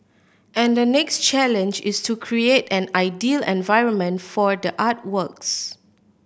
and the next challenge is to create an ideal environment for the artworks